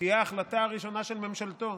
תהיה ההחלטה הראשונה של ממשלתו.